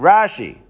Rashi